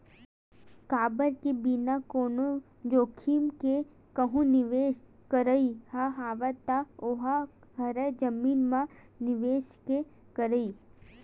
काबर के बिना कोनो जोखिम के कहूँ निवेस करई ह हवय ता ओहा हरे जमीन म निवेस के करई